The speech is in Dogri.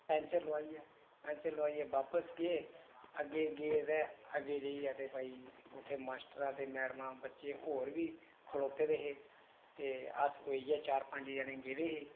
पैंचर लुआइयै पैंचर लुआइयै बापिस अग्गै गे ते अग्गै जाइयै उत्थै मास्टर ते बच्रहो बी खड़ोते दे हे ते अस उ'ऐ चार पंज जने गेदे है